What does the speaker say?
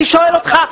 אני שואל אותך,